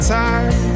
time